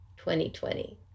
2020